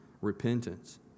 repentance